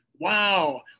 wow